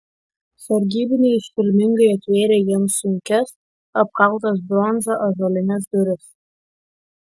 sargybiniai iškilmingai atvėrė jiems sunkias apkaltas bronza ąžuolines duris